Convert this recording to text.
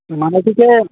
ମାନେ ଟିକେ